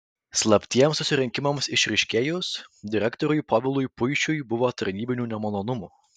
slaptiems susirinkimams išryškėjus direktoriui povilui puišiui buvo tarnybinių nemalonumų